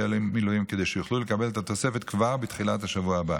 המילואים וכדי שיוכלו לקבל את התוספת כבר בתחילת השבוע הבא.